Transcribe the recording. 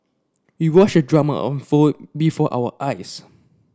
we watched the drama unfold before our eyes